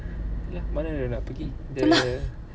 iya lah mana dia orang nak pergi